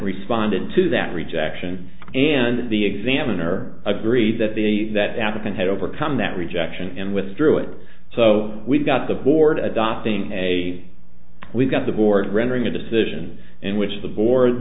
responded to that rejection and the examiner agreed that the that applicant had overcome that rejection and withdrew it so we've got the board adopting a we've got the board rendering a decision in which the board